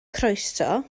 croeso